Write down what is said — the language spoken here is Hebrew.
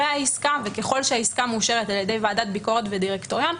העסקה וככל שהעסקה מאושרת על ידי ועדת ביקורת ודירקטוריון,